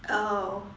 oh